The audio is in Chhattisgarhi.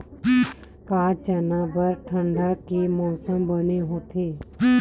का चना बर ठंडा के मौसम बने होथे?